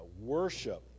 Worship